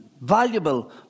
valuable